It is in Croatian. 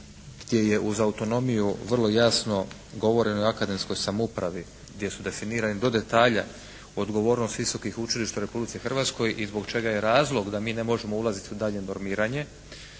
gdje je uz autonomiji vrlo jasno govoreno o akademskoj samoupravi, gdje su definirani do detalja odgovornost visokih učilišta u Republici Hrvatskoj i zbog čega je razlog da mi ne možemo ulaziti u daljnje normiranje,